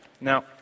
Now